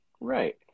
Right